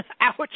Ouch